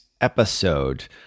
episode